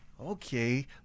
okay